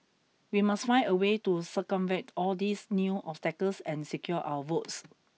we must find a way to circumvent all these new obstacles and secure our votes